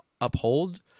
uphold